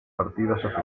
partidos